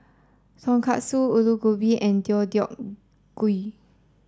Tonkatsu Alu Gobi and Deodeok Gui